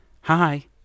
Hi